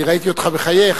אני ראיתי אותך מחייך.